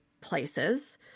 places